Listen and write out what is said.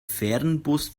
fernbus